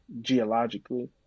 Geologically